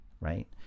right